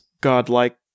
godlike